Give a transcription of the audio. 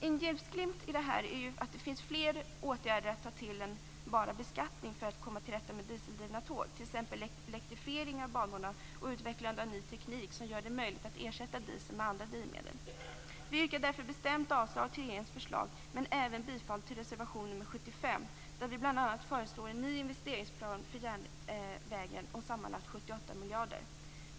En ljusglimt i detta är att det finns fler åtgärder att ta till än bara beskattning för att komma till rätta med dieseldrivna tåg, t.ex. elektrifiering av banorna och utvecklande av ny teknik som gör det möjligt att ersätta dieseln med andra drivmedel. Vi yrkar därför bestämt avslag på regeringens förslag, men även bifall till reservation 75 där vi bl.a. föreslår en ny investeringsplan för järnvägen om sammanlagt 78 miljarder.